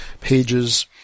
pages